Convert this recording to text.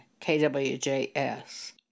KWJS